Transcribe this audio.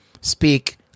speak